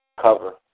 cover